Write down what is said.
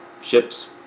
ships